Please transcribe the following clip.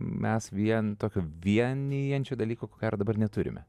mes vien tokio vienijančio dalyko dabar neturime